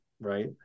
right